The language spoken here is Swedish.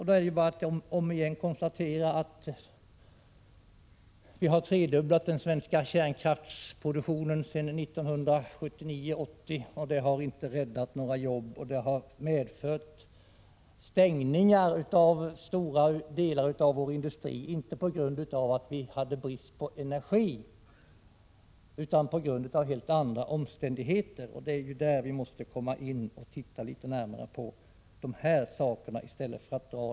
Det är bara att om igen konstatera att vi har tredubblat den svenska kärnkraftsproduktionen sedan 1979-1980, att det inte har räddat några jobb, utan att det har medfört stängningar av stora delar av vår industri - inte därför att vi hade brist på energi utan på grund av helt andra omständigheter. Det är där vi måste komma in och titta litet närmare på det hela och inte bara komma med svartmålningar.